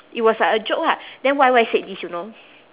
it was like a joke ah then Y_Y said this you know